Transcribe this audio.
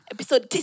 Episode